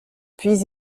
puis